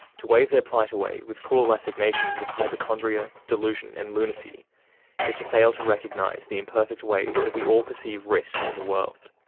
to wave their plight away with cruel assignations of hypochondria, delusion and lunacy is to fail to recognise the imperfect way that we all perceive risk in the world.